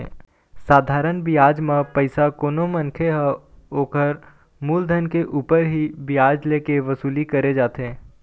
साधारन बियाज म पइसा कोनो मनखे ह ओखर मुलधन के ऊपर ही बियाज ले के वसूली करे जाथे